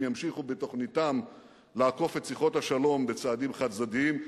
ימשיכו בתוכניתם לעקוף את שיחות השלום בצעדים חד-צדדיים.